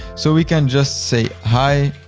so we can just say, hi,